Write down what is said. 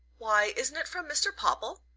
why isn't it from mr. popple?